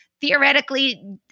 theoretically